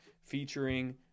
featuring